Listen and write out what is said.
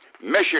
Michigan